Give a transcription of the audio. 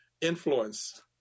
influence